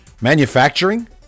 Manufacturing